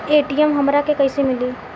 ATM हमरा के कइसे मिली?